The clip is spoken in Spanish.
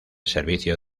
servicio